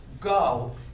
go